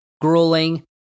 grueling